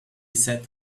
said